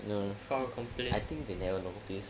no I think they never notice